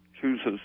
chooses